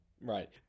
Right